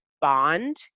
bond